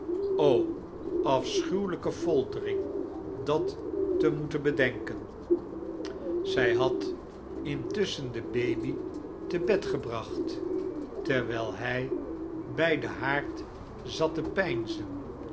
afschuwelijke foltering dat te mocton be den ken zij had intusschen de baby te bed gebraeht terwijl hij bij den haard zat te